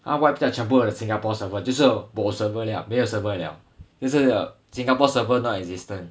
他 wipe 掉全部的 singapore server 就是 bo server liao 没有 server liao 就是 singapore server non existent